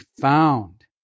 found